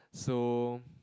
so